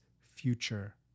future